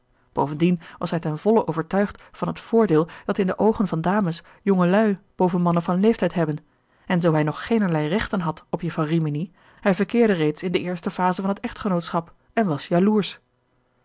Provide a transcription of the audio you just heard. bovendien was hij ten volle overtuigd van het voordeel dat in de oogen van dames jongelui boven mannen van leeftijd hebben en zoo hij nog geenerlei rechten had op jufvrouw rimini hij verkeerde reeds in de eerste phase van het echtgenootschap en was jaloersch